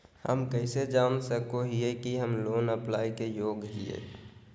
हम कइसे जान सको हियै कि हम लोन अप्लाई के योग्य हियै?